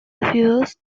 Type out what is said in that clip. ácidos